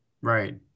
Right